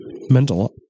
mental